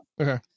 Okay